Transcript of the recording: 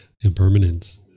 impermanence